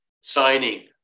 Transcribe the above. signing